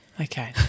okay